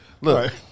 Look